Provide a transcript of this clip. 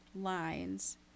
lines